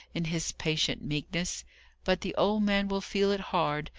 in his patient meekness but the old man will feel it hard,